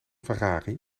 ferrari